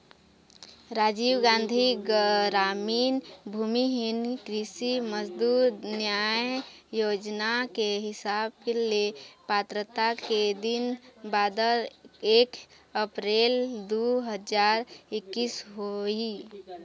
राजीव गांधी गरामीन भूमिहीन कृषि मजदूर न्याय योजना के हिसाब ले पात्रता के दिन बादर एक अपरेल दू हजार एक्कीस होही